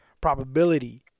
Probability